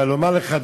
אבל לומר לך,